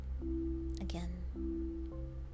again